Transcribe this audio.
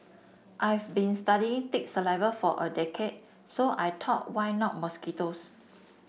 I've been studying tick saliva for a decade so I thought why not mosquitoes